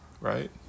Right